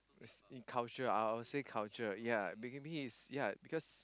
it's in culture I would say culture ya beginning is ya because